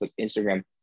Instagram